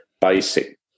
basic